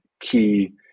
key